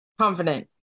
confident